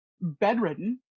bedridden